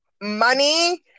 money